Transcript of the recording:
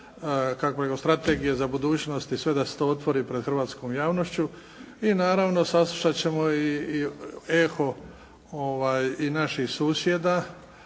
rekao strategije za budućnost i sve da se to otvori pred hrvatskom javnošću i naravno saslušat ćemo i eho naših susjeda